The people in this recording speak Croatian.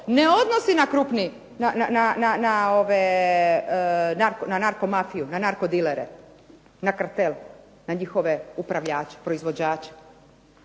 ne odnosi na narkomafiju, na narkodilere, na kartel, na njihove upravljače, proizvođače